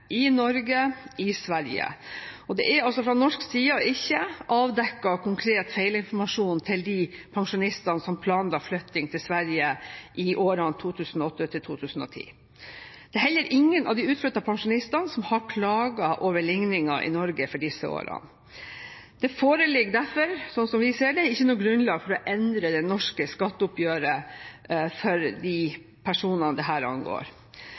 i Norge og i Sverige. Det er fra norsk side altså ikke avdekket konkret feilinformasjon til de pensjonistene som planla flytting til Sverige i årene 2008–2010. Det er heller ingen av de utflyttede pensjonistene som har klaget over ligningen i Norge for disse årene. Det foreligger derfor, slik vi ser det, ikke noe grunnlag for å endre det norske skatteoppgjøret for de personene dette angår.